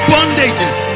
Bondages